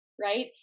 Right